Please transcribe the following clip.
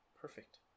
Perfect